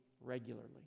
regularly